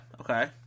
okay